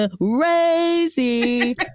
crazy